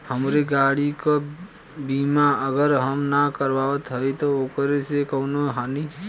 हमरे गाड़ी क बीमा अगर हम ना करावत हई त ओकर से कवनों हानि?